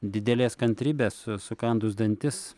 didelės kantrybės su sukandus dantis